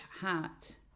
hat